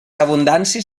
abundàncies